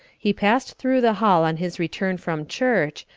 he passed through the hall on his return from church,